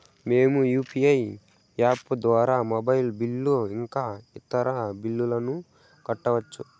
మేము UPI app ద్వారా mobile bill ఇంకా ఇతర బిల్లులను కట్టొచ్చు